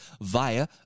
via